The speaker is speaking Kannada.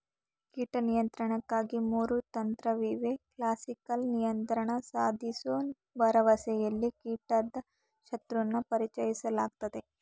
ಕೀಟ ನಿಯಂತ್ರಣಕ್ಕೆ ಮೂರು ತಂತ್ರಇವೆ ಕ್ಲಾಸಿಕಲ್ ನಿಯಂತ್ರಣ ಸಾಧಿಸೋ ಭರವಸೆಲಿ ಕೀಟದ ಶತ್ರುನ ಪರಿಚಯಿಸಲಾಗ್ತದೆ